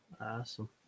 Awesome